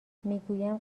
میگویم